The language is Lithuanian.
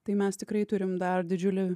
tai mes tikrai turim dar didžiulį